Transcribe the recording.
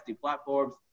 platforms